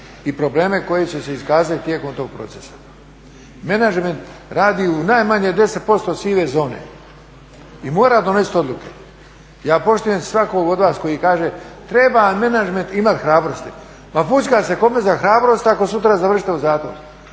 i probleme koji će se iskazati tijekom tog procese. Menadžment radi u najmanje 10% sive zone i mora donesti odluke. ja poštujem svakog Ja poštujem svakog od vas koji kaže treba za menadžment imati hrabrosti. Ma fućka se kome za hrabrost ako sutra završite u zatvoru.